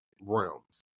realms